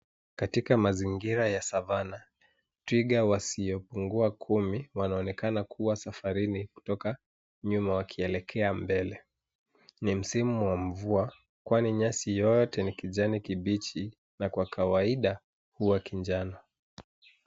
Katika mazingira ya savana, twiga wasiopungua kumi wanaonekana kuwa safarini kutoka nyuma wakielekea mbele. Ni msimu wa mvua kwani nyasi yote ni ya kijani kibichi na kwa kawaida huwa kinjano.